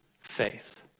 faith